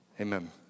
amen